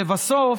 לבסוף,